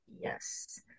yes